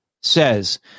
says